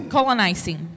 Colonizing